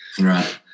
Right